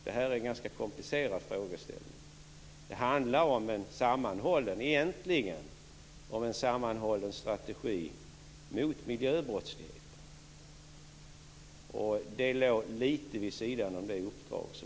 Detta är en komplicerad frågeställning. Det handlar om en sammanhållen strategi mot miljöbrottsligheten. Det låg litet vid sidan av det uppdrag som